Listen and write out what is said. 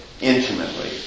intimately